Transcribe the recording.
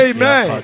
Amen